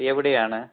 എവിടെയാണ്